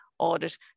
audit